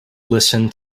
listen